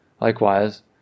Likewise